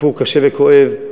סיפור קשה וכואב.